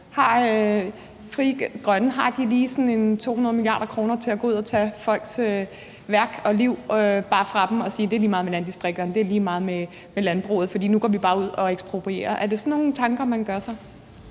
bare lige sådan 200 mia. kr. til at gå ud og tage folks værk og liv fra dem og sige, at det er lige meget med landdistrikterne og med landbruget, for nu går vi bare ud og eksproprierer? Er det sådan nogle tanker, man gør sig?